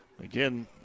Again